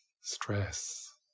Stress